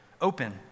Open